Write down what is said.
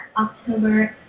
October